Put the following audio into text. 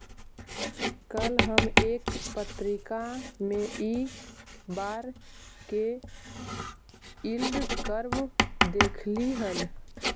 कल हम एक पत्रिका में इ बार के यील्ड कर्व देखली हल